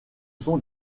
sont